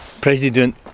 President